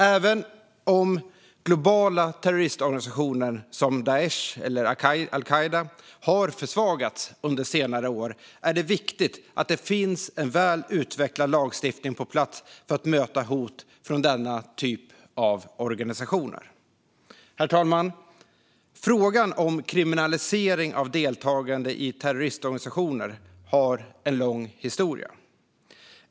Även om globala terroristorganisationer som Daish eller al-Qaida har försvagats under senare år är det viktigt att det finns en väl utvecklad lagstiftning på plats för att möta hot från denna typ av organisationer. Herr talman! Frågan om kriminalisering av deltagande i terroristorganisationer har en lång historia.